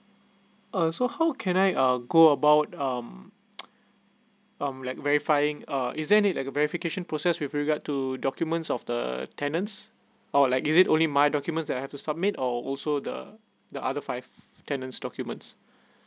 also how can I uh go about um mm like verifying uh is there any like verification process with regard to documents of the tenant or like is it only my documents that have to submit or also the the other five tenants documents